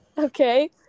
Okay